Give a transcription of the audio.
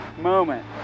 moment